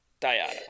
Diana